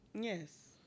Yes